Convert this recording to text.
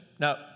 Now